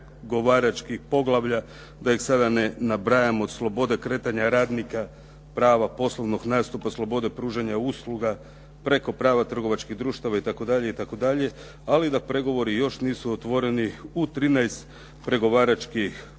pregovaračkih poglavlja da ih sada ne nabrajam od slobode kretanja radnika, prava poslovnog nastupa, slobode pružanja usluga, preko prava trgovačkih društava itd. itd. Ali da pregovori još nisu otvoreni u 13 pregovaračkih